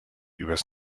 übers